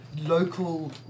local